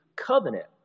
covenant